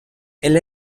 elle